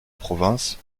province